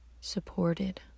supported